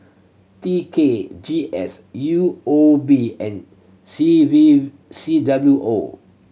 T K G S U O B and C V C W O